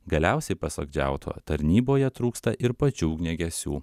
galiausiai pasak džiauto tarnyboje trūksta ir pačių ugniagesių